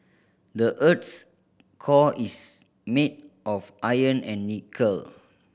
the earth's core is made of iron and nickel